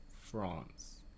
France